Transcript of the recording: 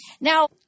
Now